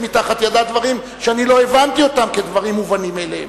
מתחת ידה דברים שאני לא הבנתי אותם כדברים מובנים מאליהם.